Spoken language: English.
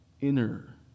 inner